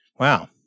Wow